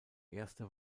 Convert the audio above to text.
erste